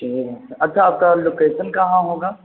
ٹھیک اچھا آپ کا لوکیشن کہاں ہوگا